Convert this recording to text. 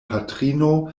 patrino